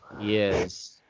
Yes